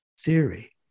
theory